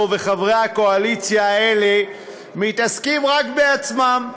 וחברי הקואליציה האלה מתעסקים רק בעצמם,